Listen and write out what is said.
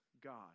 God